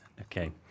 Okay